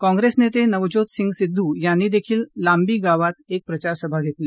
काँग्रेस नेते नवज्योत सिंग सिद्ध यांनी लांबी गावात एक प्रचारसभा घेतली